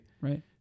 Right